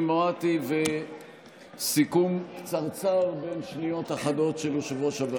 מואטי וסיכום קצרצר בן שניות אחדות של יושב-ראש הוועדה.